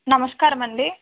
నమస్కారం అండీ